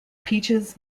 peaches